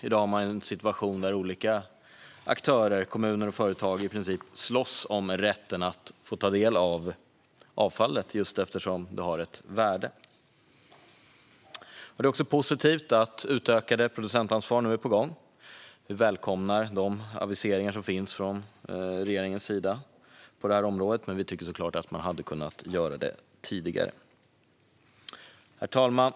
I dag har man en situation där olika aktörer - kommuner och företag - slåss om rätten att få ta del av avfallet just eftersom det har ett värde. Det är också positivt att ett utökat producentansvar nu är på gång. Vi välkomnar de aviseringar som finns från regeringens sida på det här området, men vi tycker såklart att man hade kunnat göra det tidigare. Herr talman!